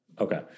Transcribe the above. Okay